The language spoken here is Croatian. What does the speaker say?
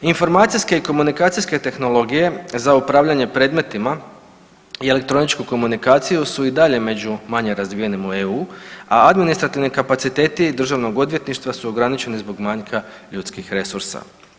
Informacijske i komunikacijske tehnologije za upravljanje predmetima i elektroničku komunikaciju su i dalje među manje razvijenim u EU, a administrativni kapaciteti državnog odvjetništva su ograničeni zbog manjka ljudskih resursa.